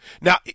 Now